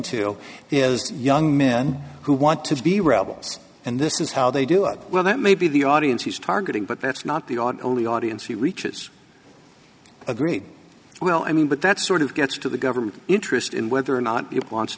is young men who want to be rebels and this is how they do it well that may be the audience he's targeting but that's not the on only audience he reaches agreed well i mean but that sort of gets to the government interest in whether or not it wants